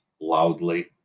loudly